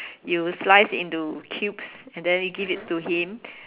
you slice into cubes and then you give it to him